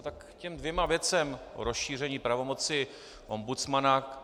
Tak k těm dvěma věcem o rozšíření pravomoci ombudsmana.